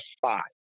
five